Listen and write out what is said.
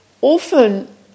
often